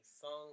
song